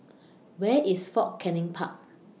Where IS Fort Canning Park